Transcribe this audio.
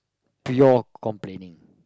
pure complaining